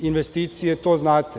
Investicije, to znate.